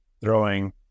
throwing